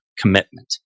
commitment